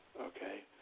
okay